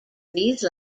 these